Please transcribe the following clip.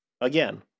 again